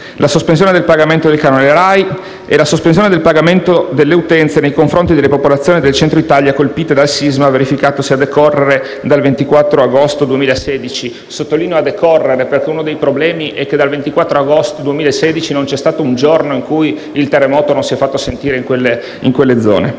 la sospensione del pagamento del canone RAI e la sospensione del pagamento delle utenze nei confronti delle popolazioni del Centro-Italia colpite dal sisma verificatosi a decorrere dal 24 agosto 2016. Sottolineo «a decorrere» perché uno dei problemi è che dal 24 agosto 2016 non c'è stato un giorno in cui il terremoto non si è fatto sentire in quelle zone.